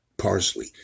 Parsley